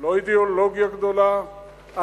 לא אידיאולוגיה גדולה,